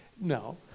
No